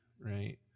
right